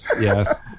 yes